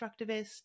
constructivist